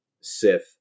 Sith